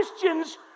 Christians